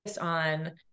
on